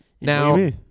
Now